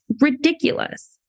ridiculous